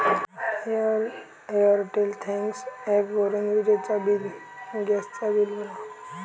Airtel thanks ॲपवरून विजेचा bill, gas चा बिल भरा